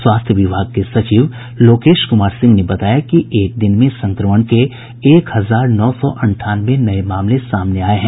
स्वास्थ्य विभाग के सचिव लोकेश कुमार सिंह ने बताया कि एक दिन में संक्रमण के एक हजार नौ सौ अंठानवे नये मामले सामने आये हैं